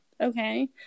Okay